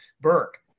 Burke